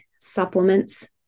supplements